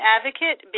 Advocate